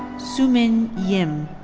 soomin yim.